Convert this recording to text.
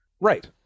Right